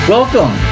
Welcome